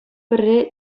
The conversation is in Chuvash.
пӗрре